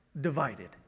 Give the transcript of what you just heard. divided